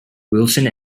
wilson